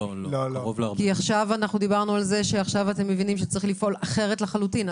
כי דברנו על זה שעכשיו אתם מבינים שצריך לפעול אחרת לחלוטין.